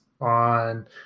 on